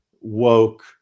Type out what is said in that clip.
woke